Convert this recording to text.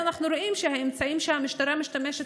אנחנו רואים שהאמצעים שהמשטרה משתמשת